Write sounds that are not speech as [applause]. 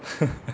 [laughs]